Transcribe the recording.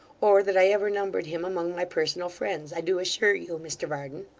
or that i ever numbered him among my personal friends, i do assure you, mr varden